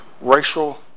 racial